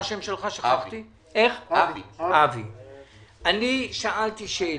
אני שאלתי שאלה.